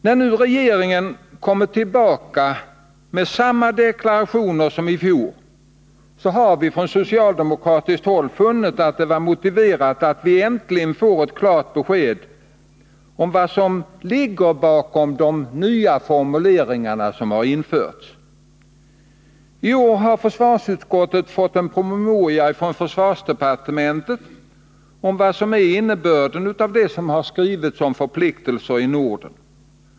När nu regeringen kommit tillbaka med samma deklarationer som i fjol har vi från socialdemokratiskt håll funnit det vara motiverat att ett klart besked äntligen lämnas om vad som ligger bakom de nya formuleringar som har införts. I år har försvarsutskottet fått en promemoria från försvarsdepartementet om vad som är innebörden av det som har skrivits om förpliktelser i Norden.